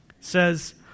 says